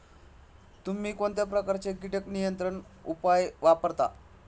तुम्ही कोणत्या प्रकारचे कीटक नियंत्रण उपाय वापरता?